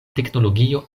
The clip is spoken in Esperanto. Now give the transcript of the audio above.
teknologio